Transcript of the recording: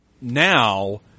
now